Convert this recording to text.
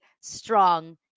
strong